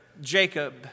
Jacob